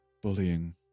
bullying